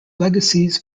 legacies